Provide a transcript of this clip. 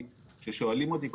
אתם שוכחים אותם.